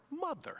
mother